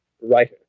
writer